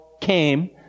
came